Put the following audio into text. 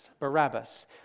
Barabbas